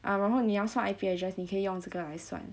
ah 然后你要算 I_P address 你可以用这个来算